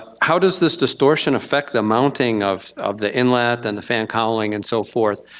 how does this distortion affect the mounting of of the inlet and the fan cowling and so forth,